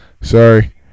Sorry